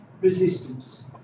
resistance